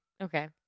Okay